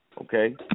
Okay